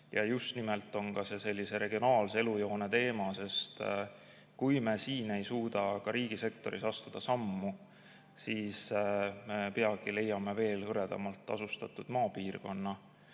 See just nimelt on ka sellise regionaalse elujoone teema, sest kui me siin ei suuda ka riigisektoris astuda sammu, siis peagi leiame eest veel hõredamalt asustatud maapiirkonna,